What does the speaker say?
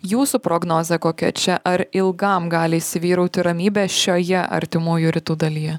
jūsų prognozė kokia čia ar ilgam gali įsivyrauti ramybė šioje artimųjų rytų dalyje